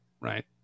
right